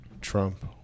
Trump